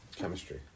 Chemistry